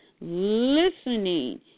listening